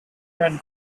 and